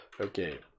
Okay